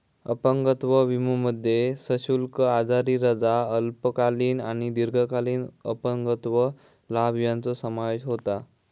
अपंगत्व विमोमध्ये सशुल्क आजारी रजा, अल्पकालीन आणि दीर्घकालीन अपंगत्व लाभ यांचो समावेश होता